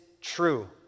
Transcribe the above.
true